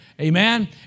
Amen